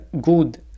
good